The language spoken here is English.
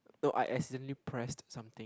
no I accidentally pressed something